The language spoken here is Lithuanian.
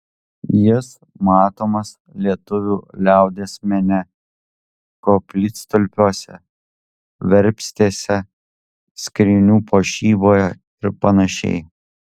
jis matomas lietuvių liaudies mene koplytstulpiuose verpstėse skrynių puošyboje ir panašiai